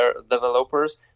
developers